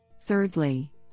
Thirdly